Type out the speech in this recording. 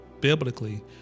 biblically